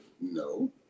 no